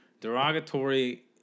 derogatory